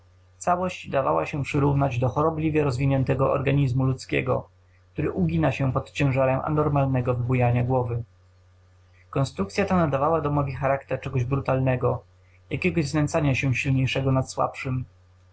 całość dawała się przyrównać do chorobliwie rozwiniętego organizmu ludzkiego który ugina się pod ciężarem anormalnego wybujania głowy konstrukcya ta nadawała domowi charakter czegoś brutalnego jakiegoś znęcania się silniejszego nad słabszym